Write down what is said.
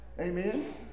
Amen